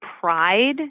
pride